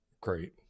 great